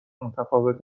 متفاوت